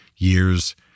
years